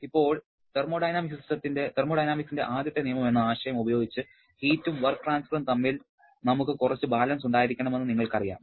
ഇപ്പോൾ തെർമോഡൈനാമിക്സിന്റെ ആദ്യത്തെ നിയമം എന്ന ആശയം ഉപയോഗിച്ച് ഹീറ്റും വർക്ക് ട്രാൻസ്ഫറും തമ്മിൽ നമുക്ക് കുറച്ച് ബാലൻസ് ഉണ്ടായിരിക്കണമെന്ന് നിങ്ങൾക്കറിയാം